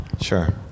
Sure